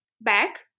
back